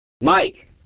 Mike